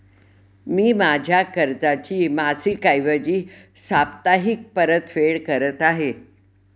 मी माझ्या कर्जाची मासिक ऐवजी साप्ताहिक परतफेड करत आहे